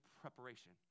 preparation